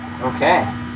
Okay